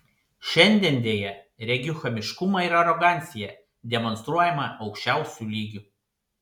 šiandien deja regiu chamiškumą ir aroganciją demonstruojamą aukščiausiu lygiu